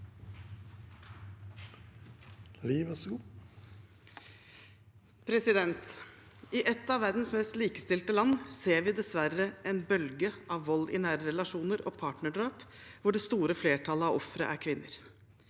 I et av verdens mest like- stilte land ser vi dessverre en bølge av vold i nære relasjoner og partnerdrap, hvor det store flertallet av ofre er kvinner.